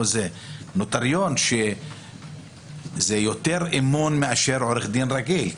נוטריון זה יותר אמון מאשר עורך דין רגיל,